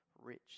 rich